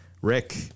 Rick